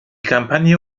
kampagne